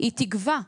היא תגווע.